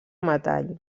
metall